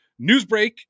Newsbreak